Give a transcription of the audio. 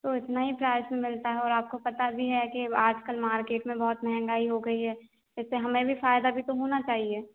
तो इतना ही प्राइस में मिलता है और आपको पता भी है कि आज कल मार्केट में बहुत महंगाई हो गई है इससे हमें भी फ़ायदा भी तो होना चाहिए